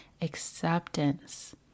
acceptance